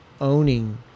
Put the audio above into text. owning